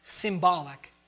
symbolic